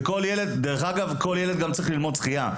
דרך אגב, כל ילד צריך ללמוד שחייה.